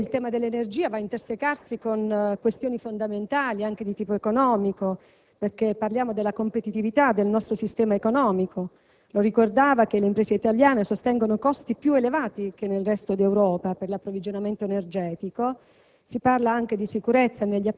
Penso che il tema dell'energia va a intersecarsi con questioni fondamentali anche di tipo economico, perché parliamo della competitività del nostro sistema economico. Come lei ricordava, le imprese italiane sostengono costi più elevati che nel resto d'Europa per l'approvvigionamento energetico.